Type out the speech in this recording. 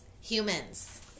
Humans